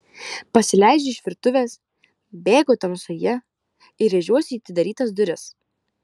pasileidžiu iš virtuvės bėgu tamsoje ir rėžiuosi į atidarytas duris